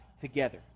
together